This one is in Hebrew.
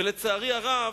ולצערי הרב,